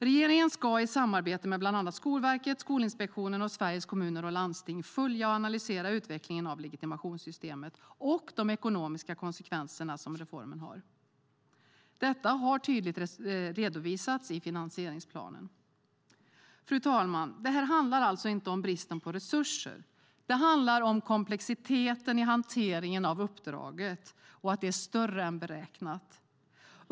Regeringen ska i samarbete med bland annat Skolverket, Skolinspektionen och Sveriges Kommuner och Landsting följa och analysera utvecklingen av legitimationssystemet och de ekonomiska konsekvenserna av reformen. Detta har tydligt redovisats i finansieringsplanen. Fru talman! Det handlar alltså inte om bristen på resurser. Det handlar om att komplexiteten i hanteringen av uppdraget är större än beräknat.